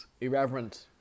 Irreverent